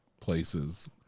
places